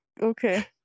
okay